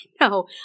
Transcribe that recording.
No